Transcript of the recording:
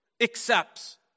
accepts